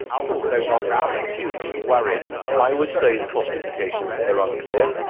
is also not unduly worried i would say the cost implications are unclear.